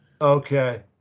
Okay